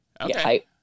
Okay